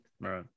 Right